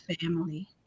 family